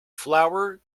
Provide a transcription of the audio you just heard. flour